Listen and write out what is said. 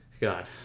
God